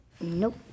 Nope